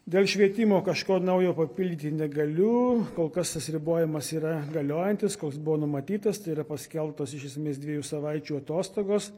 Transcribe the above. dėl švietimo kažko naujo papildyti negaliu kol kas tas ribojimas yra galiojantis koks buvo numatytas tai yra paskelbtos iš esmės dviejų savaičių atostogos